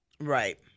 Right